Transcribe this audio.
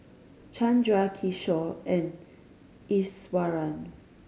Chanda Kishore and Iswaran